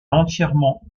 entièrement